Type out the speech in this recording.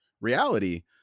reality